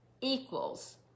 equals